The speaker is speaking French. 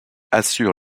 assure